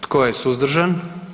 Tko je suzdržan?